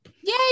Yay